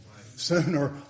sooner